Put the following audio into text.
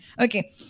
Okay